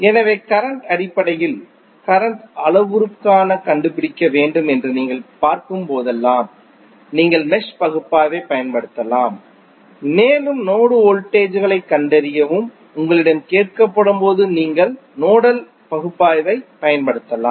எனவே கரண்ட் களின் அடிப்படையில் கரண்ட் அளவுருக்களைக் கண்டுபிடிக்க வேண்டும் என்று நீங்கள் பார்க்கும் போதெல்லாம் நீங்கள் மெஷ் பகுப்பாய்வைப் பயன்படுத்தலாம் மேலும் நோடு வோல்டேஜ் களைக் கண்டறியவும் உங்களிடம் கேட்கப்படும் போது நீங்கள் நோடல் பகுப்பாய்வைப் பயன்படுத்தலாம்